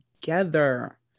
Together